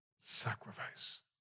Sacrifice